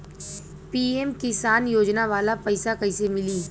PM किसान योजना वाला पैसा कईसे मिली?